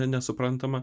ne nesuprantama